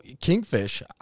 Kingfish